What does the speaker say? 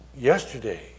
yesterday